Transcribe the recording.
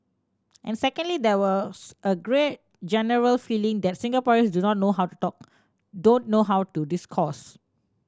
and secondly there was a green generals feeling that Singaporeans do not know how to talk don't know how to discourse